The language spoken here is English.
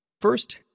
First